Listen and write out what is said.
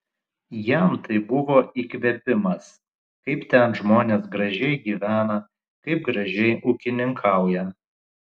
jam tai buvo įkvėpimas kaip ten žmonės gražiai gyvena kaip gražiai ūkininkauja